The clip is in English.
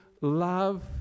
love